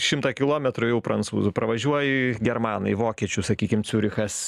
šimtą kilometrų jau prancūzų pravažiuoji germanai vokiečių sakykim ciurichas